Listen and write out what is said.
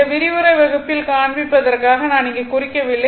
இந்த விரிவுரை வகுப்பில் காண்பிப்பதற்காக நாம் இங்கு குறிக்கவில்லை